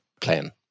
plan